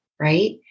right